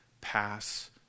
pass